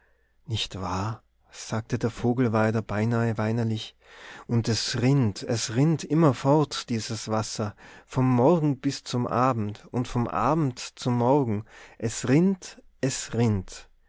nicht wahr sagte der vogelweider beinahe weinerlich und es rinnt es rinnt immerfort dieses wasser vom morgen zum abend und vom abend zum morgen es rinnt es rinnt